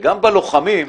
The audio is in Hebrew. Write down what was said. שגם בלוחמים,